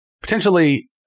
potentially